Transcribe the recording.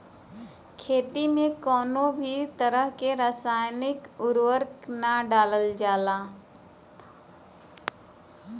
खेती में कउनो भी तरह के रासायनिक उर्वरक के ना डालल जाला